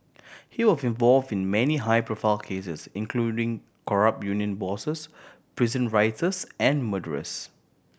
he was involved in many high profile cases including corrupt union bosses prison rioters and murderers